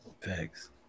Thanks